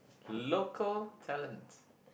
local talents